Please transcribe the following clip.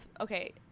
Okay